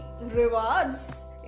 rewards